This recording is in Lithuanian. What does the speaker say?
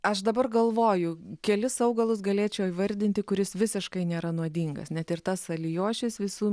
aš dabar galvoju kelis augalus galėčiau įvardinti kuris visiškai nėra nuodingas net ir tas alijošius visų